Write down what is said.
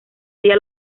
día